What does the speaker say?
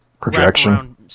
Projection